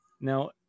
Now